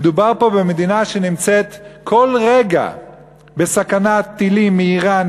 מדובר פה במדינה שנמצאת כל רגע בסכנת טילים מאיראן,